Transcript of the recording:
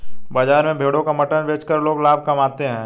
बाजार में भेड़ों का मटन बेचकर लोग लाभ कमाते है